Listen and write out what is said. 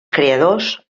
creadors